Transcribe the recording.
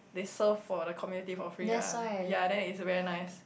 they serve for the community for free ah ya then it's very nice